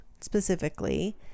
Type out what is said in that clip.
Specifically